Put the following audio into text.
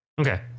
Okay